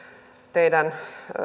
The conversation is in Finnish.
teidän